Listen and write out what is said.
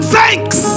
thanks